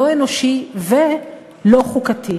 לא אנושי ולא חוקתי.